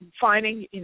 finding